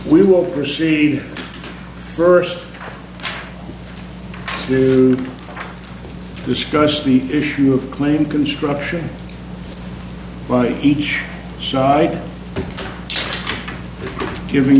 we will proceed first do discuss the issue of claim construction by each side giving